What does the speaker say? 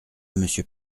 monsieur